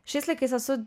šiais laikais esu